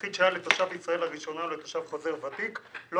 "יחיד שהיה לתושב ישראל לראשונה או לתושב חוזר ותיק לא